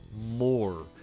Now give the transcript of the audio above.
more